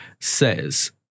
says